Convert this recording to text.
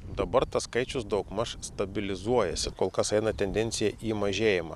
dabar tas skaičius daugmaž stabilizuojasi kol kas eina tendencija į mažėjimą